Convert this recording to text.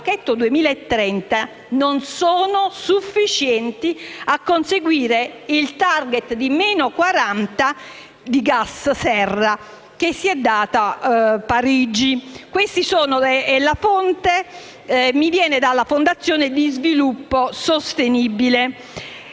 del pacchetto 2030 non sono sufficienti a conseguire il *target* di meno 40 per cento di gas serra che si è data Parigi. Questa fonte proviene dalla Fondazione di sviluppo sostenibile.